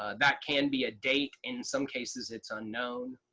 ah that can be a date. in some cases it's unknown.